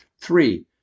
Three